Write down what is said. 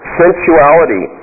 sensuality